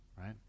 right